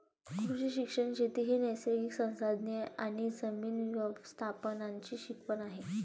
कृषी शिक्षण शेती ही नैसर्गिक संसाधने आणि जमीन व्यवस्थापनाची शिकवण आहे